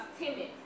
timid